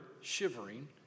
shivering